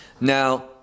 now